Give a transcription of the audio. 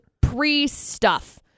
pre-stuff